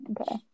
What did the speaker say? okay